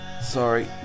sorry